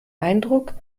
eindruck